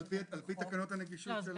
על פי תקנות הנגישות.